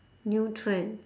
new trend